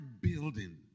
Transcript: building